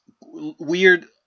Weird